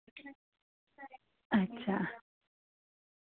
अच्छा